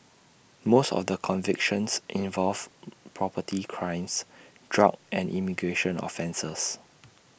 most of the convictions involved property crimes drug and immigration offences